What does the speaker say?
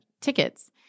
tickets